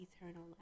eternal